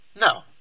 No